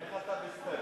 איך אתה בסטפס?